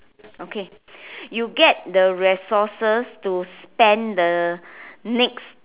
okay you get the resources to spend the next